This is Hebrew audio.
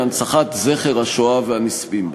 להנצחת זכר השואה והנספים בה.